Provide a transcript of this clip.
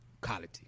quality